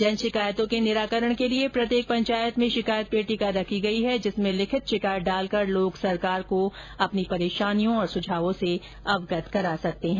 जन शिकायतों के निराकरण के लिए प्रत्येक पंचायत में शिकायत पेटिका रखी गई है जिसमें लिखित शिकायत डालकर लोग सरकार को अपनी परेशानियों और सुझावों से अवगत करा सकते हैं